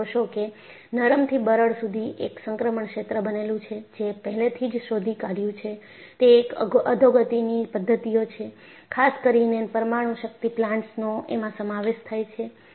તમે જોશો કે નરમ થી બરડ સુધી એક સંક્રમણ ક્ષેત્ર બનેલું છે જે પહેલેથી જ શોધી કાઢ્યું છે તે એક અધોગતિની પદ્ધતિઓ છે ખાસ કરીને પરમાણું શક્તિ પ્લાન્ટ્સનો એમાં સમાવેશ થાય છે